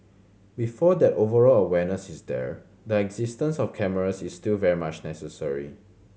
before that overall awareness is there the existence of cameras is still very much necessary